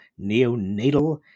neonatal